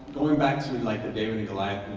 going back to and like the david and goliath